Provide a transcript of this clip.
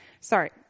Sorry